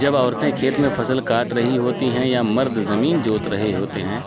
جب عورتیں کھیت میں فصل کاٹ رہی ہوتی ہیں یا مرد زمین جوت رہے ہوتے ہیں